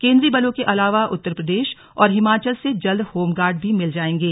केंद्रीय बलों के अलावा उत्तर प्रदेश और हिमाचल से जल्द होमगार्ड भी मिल जाएंगे